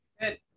Good